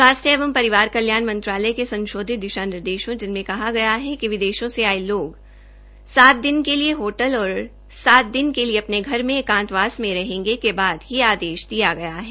स्वास्थ्य एवं परिवार कल्याण मंत्रालय के संशोधित दिशा निर्देशों जिनमें कहा कहा गया है कि विदेशों में आये लोग सात दिन के लिए होटल और सात दिन के लिए अपने घर मे एंकातवास मे रहेंगे के बाद यह आदेश दिया गया है